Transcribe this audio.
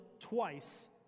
twice